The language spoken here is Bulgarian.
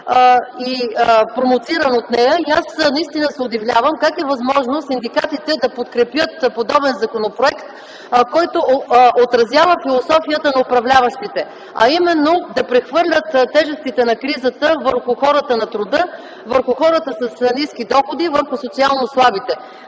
е промоциран от нея. Аз наистина се удивлявам как е възможно синдикатите да подкрепят подобен законопроект, който отразява философията на управляващите, а именно да прехвърлят тежестите на кризата върху хората на труда, върху хората с ниски доходи, върху социално слабите.